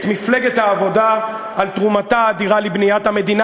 מפלגת העבודה על תרומתה האדירה לבניית המדינה,